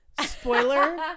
spoiler